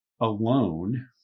alone